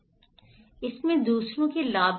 equity दूसरों का लाभ